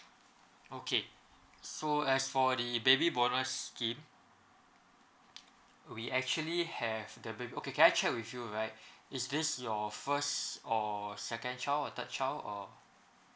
okay so as for the baby bonus scheme we actually have the baby okay can I check with you right is this your first or second child or third child or